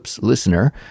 listener